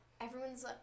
everyone's